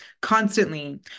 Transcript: constantly